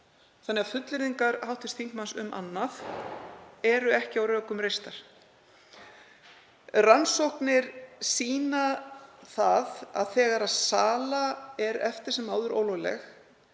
þannig að fullyrðingar hv. þingmanns um annað eru ekki á rökum reistar. Rannsóknir sýna að þegar sala er eftir sem áður ólögleg